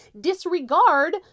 disregard